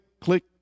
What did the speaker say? click